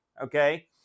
okay